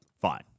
fine